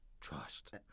trust